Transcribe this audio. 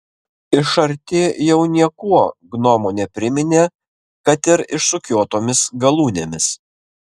iš arti jau niekuo gnomo nepriminė kad ir išsukiotomis galūnėmis